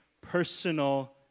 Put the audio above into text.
personal